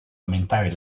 aumentare